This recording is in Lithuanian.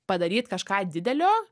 padaryt kažką didelio